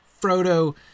Frodo